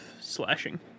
slashing